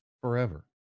forever